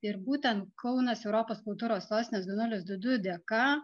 ir būtent kaunas europos kultūros sostinės du nulis du du dėka